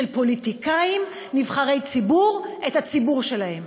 של פוליטיקאים נבחרי ציבור את הציבור שלהם.